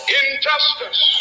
injustice